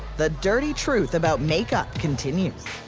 the dirty truth about make-up continues.